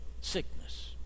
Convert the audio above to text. sickness